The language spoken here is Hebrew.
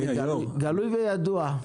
זה גלוי וידוע.